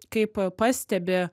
kaip pastebi